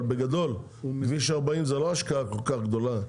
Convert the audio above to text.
אבל בגדול כביש 40 זו לא השקעה כל כך גדולה,